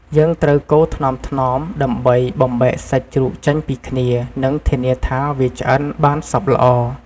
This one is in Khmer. យើងត្រូវកូរថ្នមៗ ដើម្បីបំបែកសាច់ជ្រូកចេញពីគ្នា និងធានាថាវាឆ្អិនបានសព្វល្អ។